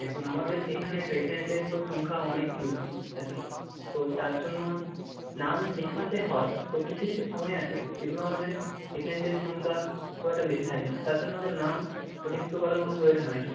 দেখুন আমাদের এখানে পেশেন্টের তো সংখ্যা অনেক বেশি থাকে তো তার জন্য নাম লিখাতে হয় তো কিছু কিছু সময় আছে যেগুলো আমাদের পেশেন্টের সংখ্যা খুব একটা বেশি থাকে না তার জন্য আমাদের নাম নথিভুক্ত করার কোনো প্রয়োজন হয় না